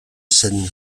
scène